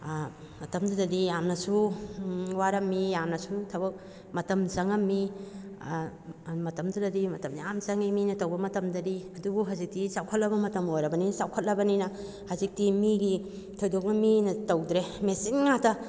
ꯃꯇꯝꯗꯨꯗꯗꯤ ꯌꯥꯝꯅꯁꯨ ꯋꯥꯔꯝꯃꯤ ꯌꯥꯝꯅꯁꯨ ꯊꯕꯛ ꯃꯇꯝ ꯆꯪꯉꯝꯃꯤ ꯃꯇꯝꯗꯨꯗꯗꯤ ꯃꯇꯝ ꯌꯥꯝ ꯆꯪꯉꯤ ꯃꯤꯅ ꯇꯧꯕ ꯃꯇꯝꯗꯗꯤ ꯑꯗꯨꯕꯨ ꯍꯧꯖꯤꯛꯇꯤ ꯆꯥꯎꯈꯠꯂꯕ ꯃꯇꯝ ꯑꯣꯏꯔꯕꯅꯤꯅ ꯆꯥꯎꯈꯠꯂꯕꯅꯤꯅ ꯍꯧꯖꯤꯛꯇꯤ ꯃꯤꯒꯤ ꯊꯣꯏꯗꯣꯛꯅ ꯃꯤꯅ ꯇꯧꯗ꯭ꯔꯦ ꯃꯦꯆꯤꯟ ꯉꯥꯛꯇ